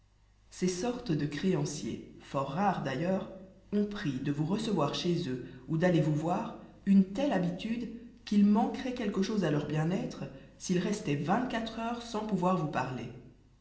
ces sortes de créanciers fort rares d'ailleurs ont pris de vous recevoir chez eux ou d'aller vous voir une telle habitude qu'il manquerait quelque chose à leur bien être s'ils restaient vingt-quatre heures sans pouvoir vous parler